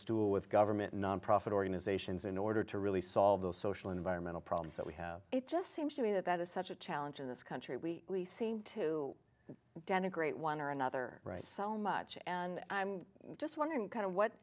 stool with government nonprofit organizations in order to really solve the social environmental problems that we have it just seems to me that that is such a challenge in this country we seem to denigrate one or another right so much and i'm just wondering kind of what